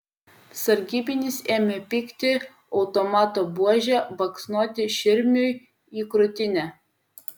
sargybinis ėmė pykti automato buože baksnoti širmiui į krūtinę